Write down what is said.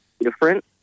different